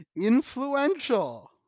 influential